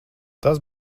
tas